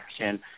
action